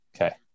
Okay